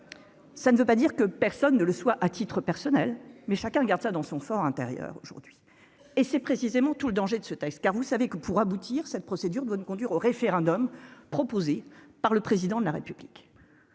ça ne veut pas dire que personne ne le soit à titre personnel mais chacun garde sa dans son for intérieur, aujourd'hui, et c'est précisément tout le danger de ce texte car vous savez que pour aboutir cette procédure doit nous conduire au référendum, proposé par le président de la République,